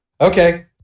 Okay